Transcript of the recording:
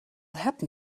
happen